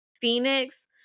Phoenix